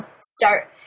start